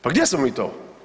Pa gdje smo mi to?